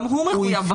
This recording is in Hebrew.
גם הוא מחויב בחוק.